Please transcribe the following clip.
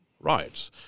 right